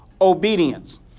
obedience